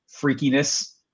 freakiness